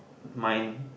mine